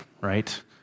right